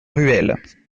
ruelle